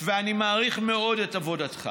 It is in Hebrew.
ואני מעריך מאוד את עבודתך